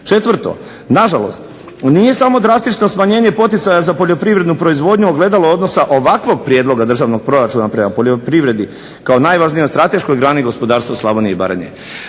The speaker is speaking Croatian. Četvrto, nažalost nije samo drastično smanjenje poticaja za poljoprivrednom proizvodnjom ogledalo odnosa ovakvog prijedloga državnog proračuna prema p poljoprivredi kao najvažnijoj strateškoj grani gospodarstva Slavonije i Baranje.